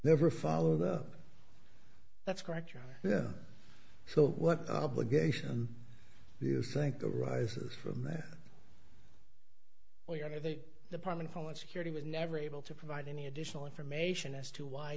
never followed up that's correct yeah so what obligation do you think arises from that or you're the department of homeland security was never able to provide any additional information as to why